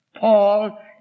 Paul